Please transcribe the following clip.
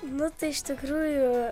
na tai iš tikrųjų